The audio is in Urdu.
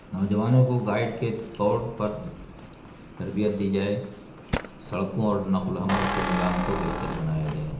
نوجوانوں کو گائیڈ کے طور پر تربیت دی جائے سڑکوں اور نقل و حمل کے نظام کو بہتر بنایا جائے